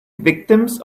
victims